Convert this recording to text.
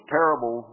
terrible